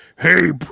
Hey